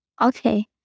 Okay